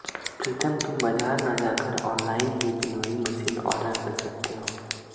प्रितम तुम बाजार ना जाकर ऑनलाइन ही विनोइंग मशीन ऑर्डर कर सकते हो